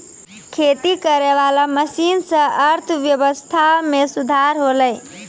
खेती करै वाला मशीन से अर्थव्यबस्था मे सुधार होलै